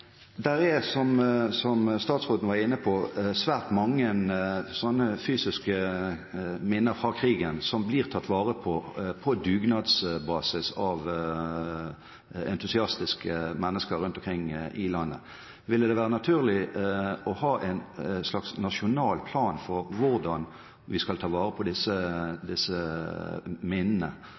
er, som statsråden var inne på, svært mange fysiske minner fra krigen som blir tatt vare på på dugnadsbasis av entusiastiske mennesker rundt omkring i landet. Ville det være naturlig å ha en slags nasjonal plan for hvordan vi skal ta vare på disse minnene,